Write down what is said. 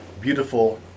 beautiful